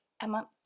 Emma